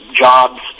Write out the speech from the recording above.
jobs